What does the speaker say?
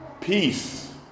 Peace